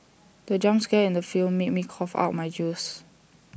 the jump scare in the film made me cough out my juice